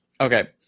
Okay